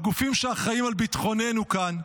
הגופים שאחראים לביטחוננו כאן.